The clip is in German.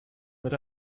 mit